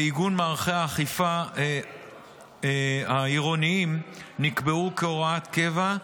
עיגון מערכי האכיפה העירוניים נקבע כהוראת קבע,